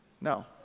No